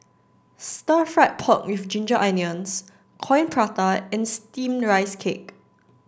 stir fried pork with ginger onions coin prata and steamed rice cake